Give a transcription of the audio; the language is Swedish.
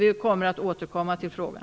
Vi ämnar därför återkomma i frågan.